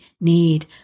need